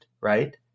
right